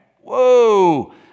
whoa